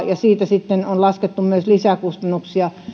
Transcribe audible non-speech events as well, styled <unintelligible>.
<unintelligible> ja siitä sitten on laskettu myös lisäkustannuksia